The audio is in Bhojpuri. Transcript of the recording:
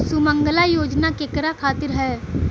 सुमँगला योजना केकरा खातिर ह?